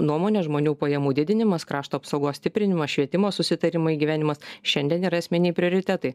nuomone žmonių pajamų didinimas krašto apsaugos stiprinimas švietimo susitarimų įgyvendinimas šiandien yra esminiai prioritetai